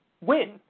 win